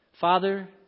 Father